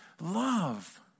love